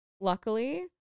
luckily